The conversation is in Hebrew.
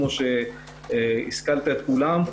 כמו שהשכלת את כולם.